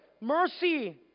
mercy